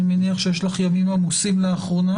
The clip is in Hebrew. אני מניח שיש לך ימים עמוסים לאחרונה,